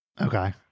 Okay